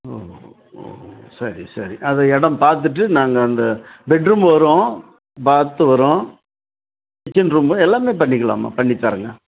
ஓ ஓ சரி சரி அது இடம் பார்த்துட்டு நாங்கள் அந்த பெட்ரூம் வரும் பாத் வரும் கிச்சன் ரூமு எல்லாமே பண்ணிக்கலாம்மா பண்ணித்தரேங்க